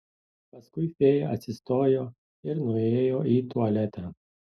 paskui fėja atsistojo ir nuėjo į tualetą